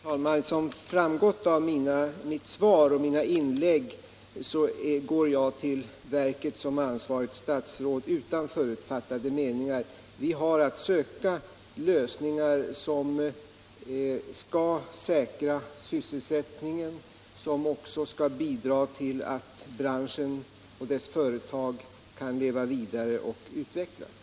Herr talman! Som framgått av mitt svar och mina övriga inlägg går jag som ansvarigt statsråd till verket utan förutfattade meningar. Vi har att söka lösningar som skall säkra sysselsättningen och bidra till att branschen och dess företag kan leva vidare och utvecklas.